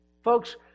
Folks